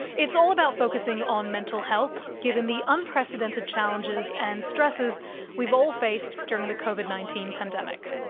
it's all about focusing on mental health, given the unprecedented challenges and stresses we've all faced during the covid nineteen pandemic.